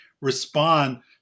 respond